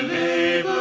a